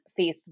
Facebook